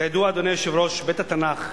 כידוע, אדוני היושב-ראש, בית-התנ"ך,